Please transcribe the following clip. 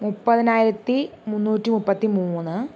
മുപ്പത്തിനായിരത്തി മുന്നൂറ്റി മുപ്പത്തിമൂന്ന്